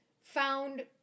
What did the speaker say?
found